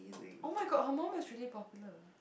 [oh]-my-god her mum was really popular